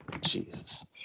Jesus